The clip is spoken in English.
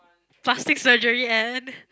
plastic surgery and